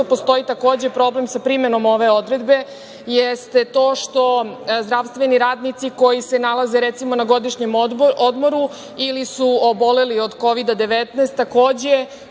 postoji, takođe, problem sa primenom ove odredbe jeste to što zdravstveni radnici koji se nalaze recimo na godišnjem odmoru ili su oboleli od Kovida - 19, takođe